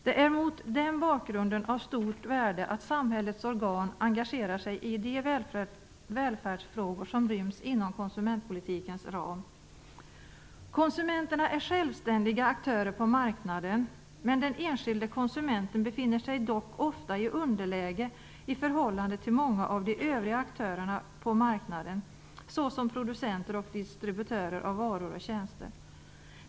Det är mot den bakgrunden av stort värde att samhällets organ engagerar sig i de välfärdsfrågor som ryms inom konsumentpolitikens ram. Konsumenterna är självständiga aktörer på marknaden, men den enskilde konsumenten befinner sig ofta i underläge i förhållande till många av de övriga aktörerna på marknaden, t.ex. producenter och distributörer av varor och tjänster.